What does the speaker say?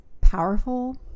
powerful